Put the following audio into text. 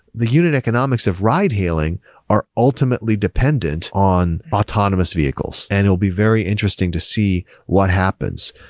the unit economics of ride hailing are ultimately dependent on autonomous vehicles, and it will be very interesting to see what happens.